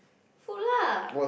food lah